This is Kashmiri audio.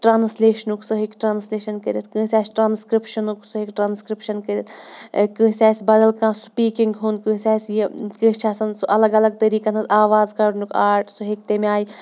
ٹرٛانَسلیشنُک سُہ ہیٚکہِ ٹرٛانَسلیشَن کٔرِتھ کٲنٛسہِ آسہِ ٹرٛانسکِرٛپشَنُک سُہ ہیٚکہِ ٹرٛانسکِرٛپشَن کٔرِتھ کٲنٛسہِ آسہِ بدل کانٛہہ سُپیٖکِنٛگ ہُنٛد کٲنٛسہِ آسہِ یہِ کٲنٛسہِ چھِ آسان سُہ الگ الگ طریٖقَن ہٕنٛز آواز کَڑنُک آٹ سُہ ہیٚکہِ تمہِ آیہِ